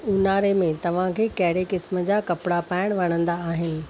ऊन्हारे में तव्हांखे कहिड़े क़िस्म जा कपिड़ा पाइणु वणंदा आहिनि